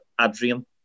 Adrian